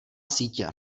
sítě